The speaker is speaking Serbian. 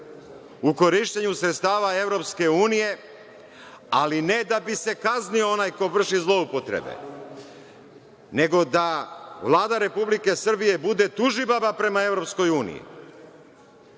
u korišćenju sredstava EU, ali ne da bi se kaznio onaj ko vrši zloupotrebe, nego da Vlada Republike Srbije bude tužibaba prema EU. Znači,